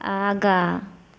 आगाँ